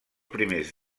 primers